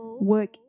work